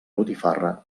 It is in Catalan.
botifarra